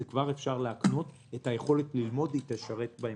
אלא כבר אפשר להקנות את היכולת ללמוד שתשרת בהמשך.